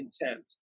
intent